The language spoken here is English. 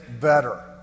better